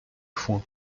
foin